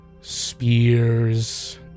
Spears